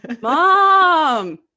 mom